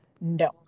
No